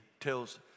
tells